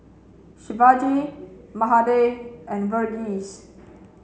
Shivaji Mahade and Verghese